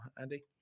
Andy